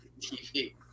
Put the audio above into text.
TV